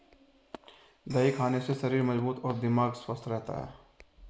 दही खाने से शरीर मजबूत तथा दिमाग स्वस्थ रहता है